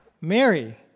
Mary